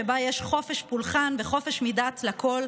שבה יש חופש פולחן וחופש מדת לכול,